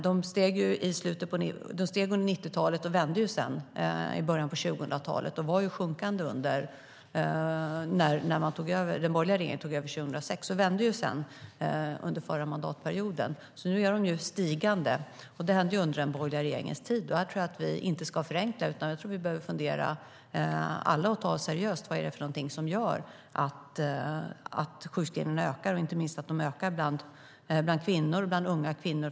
De steg under 1990-talet men vände i början på 2000-talet och var sjunkande när den borgerliga regeringen tog över 2006. De vände igen under förra mandatperioden, så nu är de stigande. Det hände under den borgerliga regeringens tid. Jag tror att vi inte ska förenkla det här utan att vi alla behöver fundera över vad det är som gör att sjukskrivningarna ökar, inte minst bland unga kvinnor.